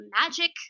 magic